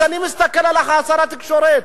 אז אני מסתכל עליך, שר התקשורת,